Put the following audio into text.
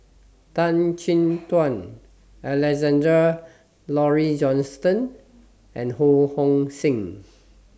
Tan Chin Tuan Alexander Laurie Johnston and Ho Hong Sing